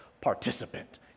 participant